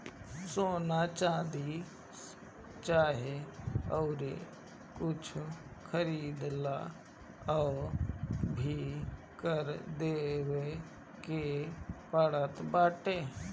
सोना, चांदी चाहे अउरी कुछु खरीदला पअ भी कर देवे के पड़त बाटे